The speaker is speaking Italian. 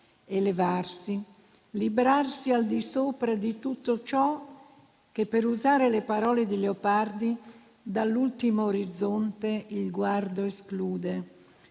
elevarsi, librarsi al di sopra di tutto ciò che, per usare le parole di Leopardi, «dell'ultimo orizzonte il guardo esclude»;